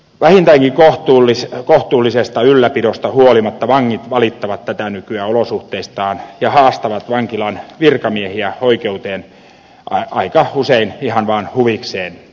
vähintäänkin kohtuullisesta ylläpidosta huolimatta vangit valittavat tätä nykyä olosuhteistaan ja haastavat vankilan virkamiehiä oikeuteen aika usein ihan vaan huvikseen